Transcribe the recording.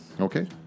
Okay